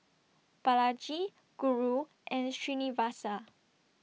Balaji Guru and Srinivasa